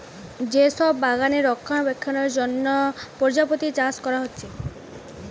যে সব বাগানে রক্ষণাবেক্ষণের জন্যে প্রজাপতি চাষ কোরা হচ্ছে